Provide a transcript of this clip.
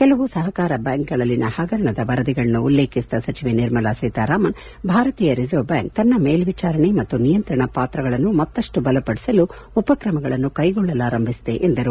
ಕೆಲವು ಸಹಕಾರ ಬ್ಯಾಂಕ್ಗಳಲ್ಲಿನ ಹಗರಣದ ವರದಿಗಳನ್ನು ಉಲ್ಲೇಖಿಸಿದ ಸಚಿವೆ ನಿರ್ಮಲಾ ಸೀತಾರಾಮನ್ ಭಾರತೀಯ ರಿಸರ್ವ್ ಬ್ಯಾಂಕ್ ತನ್ನ ಮೇಲ್ವಿಚಾರಣೆ ಮತ್ತು ನಿಯಂತ್ರಣ ಪಾತ್ರಗಳನ್ನು ಮತ್ತಷ್ಟು ಬಲಪಡಿಸಲು ಉಪಕ್ರಮಗಳನ್ನು ಕೈಗೊಳ್ಳಲಾರಂಭಿಸಿದೆ ಎಂದರು